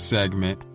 Segment